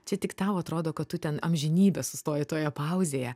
čia tik tau atrodo kad tu ten amžinybę sustojai toje pauzėje